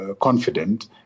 confident